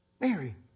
Mary